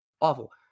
awful